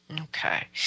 Okay